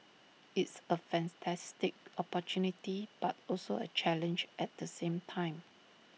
it's A fantastic opportunity but also A challenge at the same time